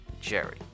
Jerry